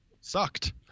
sucked